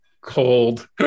Cold